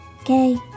Okay